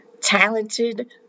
talented